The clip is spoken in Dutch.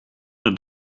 het